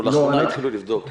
לאחרונה התחילו לבדוק.